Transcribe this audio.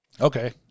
Okay